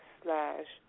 slash